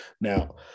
Now